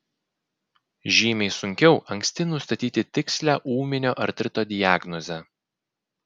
žymiai sunkiau anksti nustatyti tikslią ūminio artrito diagnozę